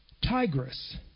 Tigris